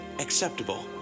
acceptable